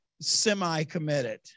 semi-committed